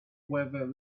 whether